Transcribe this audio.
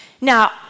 Now